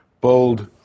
bold